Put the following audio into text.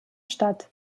stadt